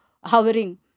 hovering